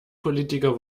politiker